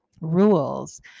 rules